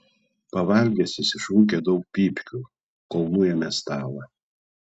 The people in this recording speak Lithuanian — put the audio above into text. pavalgęs jis išrūkė daug pypkių kol nuėmė stalą